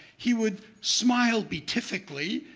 he would smile beatifically,